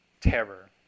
terror